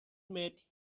mate